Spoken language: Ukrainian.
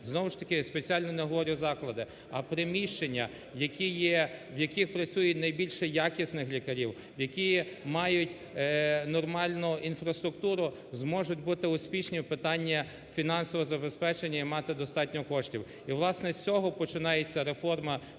(знову ж таки спеціально не говорю "заклади", а "приміщення"), які є, в яких працює найбільше якісних лікарів, які мають нормальну інфраструктуру, зможуть бути успішні в питанні фінансового забезпечення і мати достатньо коштів. І, власне, з цього починається реформа